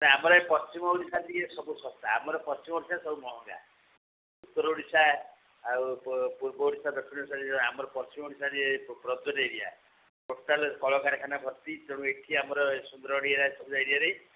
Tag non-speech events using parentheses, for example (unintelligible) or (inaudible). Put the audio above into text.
ଆମର ଏ ପଶ୍ଚିମ ଓଡ଼ିଶାରେ ଟିକେ ସବୁ ଶସ୍ତା ଆମର ପଶ୍ଚିମ ଓଡ଼ିଶାରେ ସବୁ ମହଙ୍ଗା ଉତ୍ତର ଓଡ଼ିଶା ଆଉ ପୂର୍ବ ଓଡ଼ିଶା ଦକ୍ଷିଣ ଓଡ଼ିଶା ଆମ ପଶ୍ଚିମ ଓଡ଼ିଶାରେ (unintelligible) ଏରିଆ ଟୋଟାଲ୍ କଳକାରଖାନା ଭର୍ତ୍ତି ତେଣୁ ଏଠି ଆମର ସୁନ୍ଦରଗଡ଼ ଏରିଆରେ ସବୁ ଏରିଆରେ